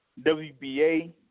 WBA